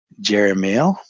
Jeremiah